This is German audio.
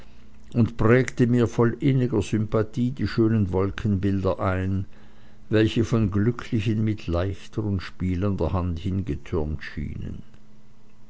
und prägte mir voll inniger sympathie die schönen wolkenbilder ein welche von glücklichen mit leichter und spielender hand hingetürmt schienen